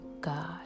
God